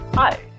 Hi